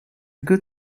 good